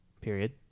Period